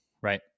right